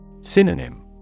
Synonym